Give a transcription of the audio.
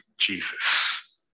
Jesus